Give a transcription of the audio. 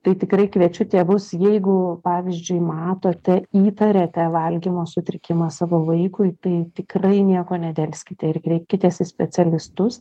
tai tikrai kviečiu tėvus jeigu pavyzdžiui matote įtariate valgymo sutrikimą savo vaikui tai tikrai nieko nedelskite ir kreipkitės į specialistus